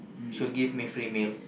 she will give me free meal